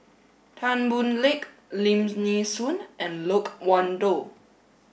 Tan Boon Teik Lim Nee Soon and Loke Wan Tho